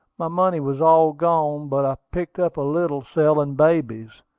my money was all gone but i picked up a little selling babies.